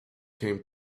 came